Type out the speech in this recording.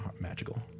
magical